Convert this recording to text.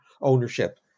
ownership